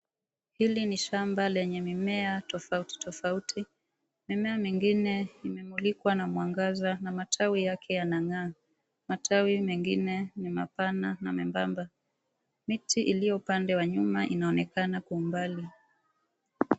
Hili ni shamba lenye mimea tofauti tofauti. Mimea mingine imemulikwa na mwangaza na matawi yake yanang'aa. Matawi mengine ni mapana na membamba. Miti iliyo upande wa nyuma inaonekana kwa umbali.